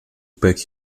pack